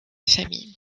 famille